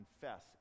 confess